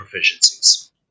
proficiencies